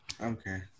okay